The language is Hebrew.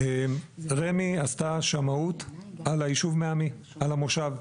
רמ"י עשתה שמאות על היישוב בני עמי, על המושב.